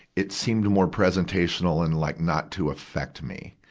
it seemed more presentational and like not to affect me.